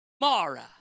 Mara